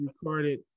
recorded